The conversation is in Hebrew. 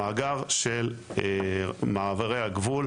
המאגר של מעברי הגבול